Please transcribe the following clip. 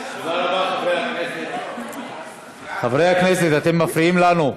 חברי הכנסת, אתם מפריעים לנו.